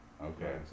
Okay